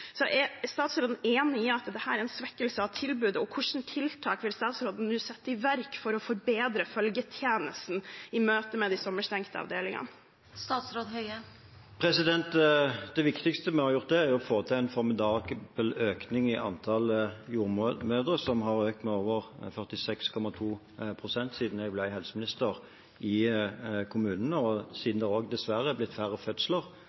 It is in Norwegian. Er statsråden enig i at dette er en svekkelse av tilbudet, og hvilke tiltak vil statsråden nå sette i verk for å forbedre følgetjenesten i møte med de sommerstengte avdelingene? Det viktigste vi har gjort, er å få til en formidabel økning i antallet jordmødre i kommunene, med over 46,2 pst. siden jeg ble helseminister. Og siden det også – dessverre – er blitt færre fødsler